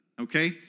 okay